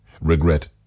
regret